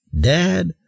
Dad